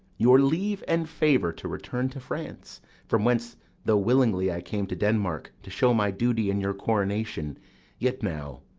your leave and favour to return to france from whence though willingly i came to denmark, to show my duty in your coronation yet now,